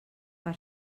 per